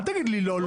אל תגיד לי לא.